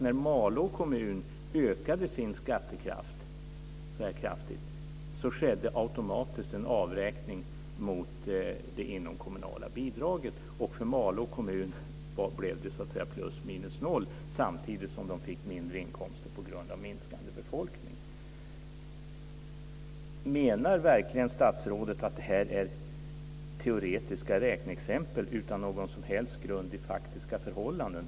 När Malå kommun ökade sin skattekraft så kraftigt skedde automatiskt en avräkning mot det inomkommunala bidraget. För Malå kommun blev det plus minus noll, samtidigt som man fick mindre inkomster på grund av minskande befolkning. Menar verkligen statsrådet att detta är teoretiska räkneexempel utan någon som helst grund i faktiska förhållanden?